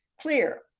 clear